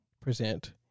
present